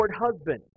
husband